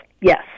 yes